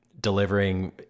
delivering